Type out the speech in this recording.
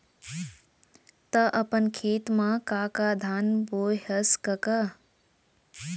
त अपन खेत म का का धान बोंए हस कका?